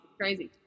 crazy